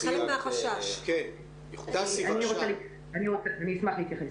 אני אשמח להתייחס.